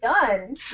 done